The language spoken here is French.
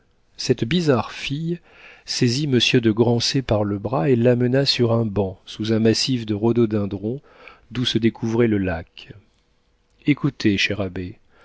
cette bizarre fille saisit monsieur de grancey par le bras et l'amena sur un banc sous un massif de rhododendron d'où se découvrait le lac écoutez cher abbé